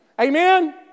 Amen